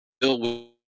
Bill